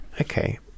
okay